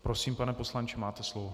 Prosím, pane poslanče, máte slovo.